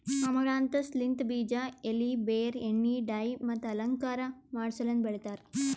amaranthus ಲಿಂತ್ ಬೀಜ, ಎಲಿ, ಬೇರ್, ಎಣ್ಣಿ, ಡೈ ಮತ್ತ ಅಲಂಕಾರ ಮಾಡಸಲೆಂದ್ ಬೆಳಿತಾರ್